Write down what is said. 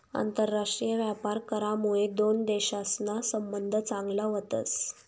आंतरराष्ट्रीय व्यापार करामुये दोन देशसना संबंध चांगला व्हतस